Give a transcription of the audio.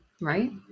right